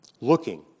looking